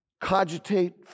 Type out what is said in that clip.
Cogitate